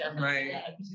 Right